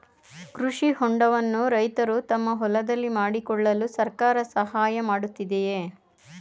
ಕೃಷಿ ಹೊಂಡವನ್ನು ರೈತರು ತಮ್ಮ ಹೊಲದಲ್ಲಿ ಮಾಡಿಕೊಳ್ಳಲು ಸರ್ಕಾರ ಸಹಾಯ ಮಾಡುತ್ತಿದೆಯೇ?